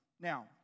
Now